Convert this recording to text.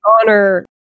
honor